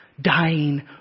dying